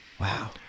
Wow